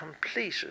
completed